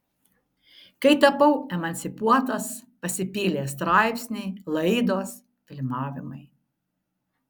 kai tapau emancipuotas pasipylė straipsniai laidos filmavimai